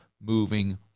moving